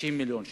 90 מיליון שקל.